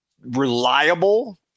reliable